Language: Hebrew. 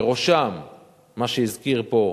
בראשם מה שהזכיר פה